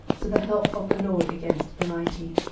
to the help of the lord against the mighty.